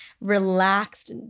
relaxed